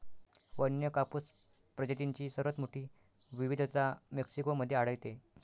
वन्य कापूस प्रजातींची सर्वात मोठी विविधता मेक्सिको मध्ये आढळते